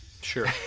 Sure